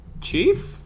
Chief